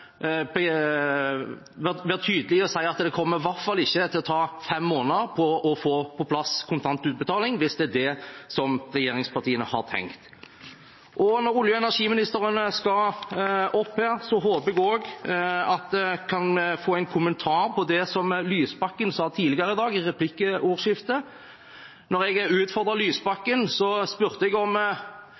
tydelig og si at det i hvert fall ikke kommer til å ta fem måneder å få på plass kontantutbetaling, hvis det er det regjeringspartiene har tenkt? Når olje- og energiministeren skal opp her, håper jeg også jeg kan få en kommentar på det representanten Lysbakken sa tidligere i dag, i replikkordskiftet. Da jeg utfordret Lysbakken, spurte jeg om